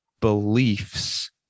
beliefs